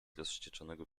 rozwścieczonego